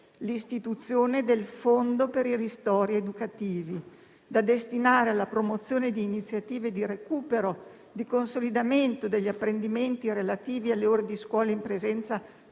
l'istituzione del Fondo per i ristori educativi, da destinare alla promozione di iniziative di recupero e di consolidamento degli apprendimenti relativi alle ore di scuola in presenza